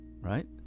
right